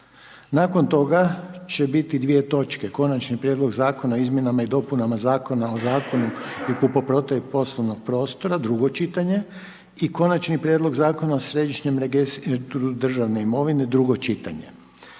Nakon toga će biti dvije točke, Konačni prijedlog zakona o izmjenama i dopunama Zakona o zakupu i kupoprodaji poslovnog prostora, drugo čitanje i Konačni prijedlog Zakona o Središnjem registru državne imovine, drugo čitanje.